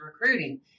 recruiting